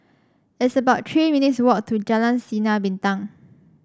it's about Three minutes' walk to Jalan Sinar Bintang